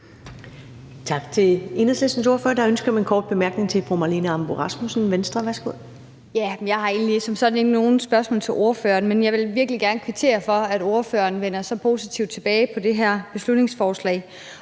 virkelig gerne kvittere for, at ordføreren vender så positivt tilbage på det her beslutningsforslag.